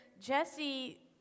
Jesse